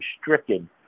stricken